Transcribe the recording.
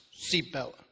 seatbelt